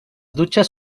dutxes